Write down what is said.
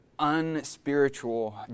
unspiritual